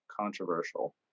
controversial